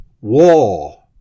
war